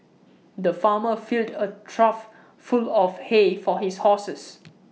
the farmer filled A trough full of hay for his horses